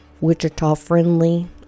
Wichita-friendly